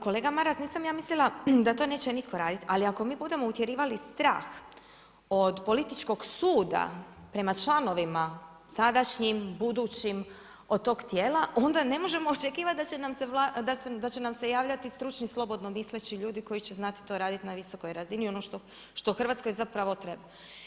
Kolega Maras, nisam ja mislila da to neće nitko raditi, ali ako mi budemo utjerivali strah od političkog suda prema članovima sadašnjim, budućim od tog tijela onda ne možemo očekivati da će nam se javiti stručni i slobodno misleći ljudi koji će znati to raditi na visokoj razini ono što Hrvatskoj zapravo treba.